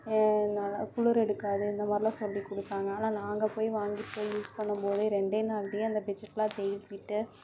நல்லா குளிர் எடுக்காது இந்த மாதிரிலாம் சொல்லிக்கொடுத்தாங்க ஆனால் நாங்கள் போய் வாங்கி போய் யூஸ் பண்ணும் போதே ரெண்டே நாள்லையே அந்த பெட்ஷீட்லாம் தையல் விட்ட